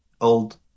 old